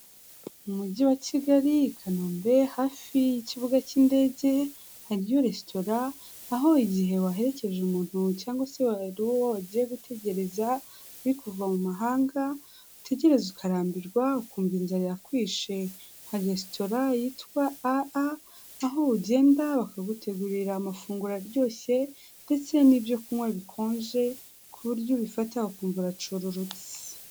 Mu mujyi wa Kigali, i Kanombe hafi y'ikibuga cy'indege, hariyo resitora, aho igihe waherekeje umuntu cyangwa se hari uwo wagiye gutegereza uri kuva mu mahanga, utegereza ukarambirwa ukumva inzara irakwishe, hari resitora yitwa AA, aho ugenda bakagutegurira amafunguro aryoshye, ndetse n'ibyo kunywa bikonje, ku buryo ubifata ukumva uracururutse.